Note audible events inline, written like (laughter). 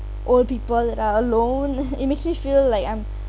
old people that are alone (laughs) it made me feel like I'm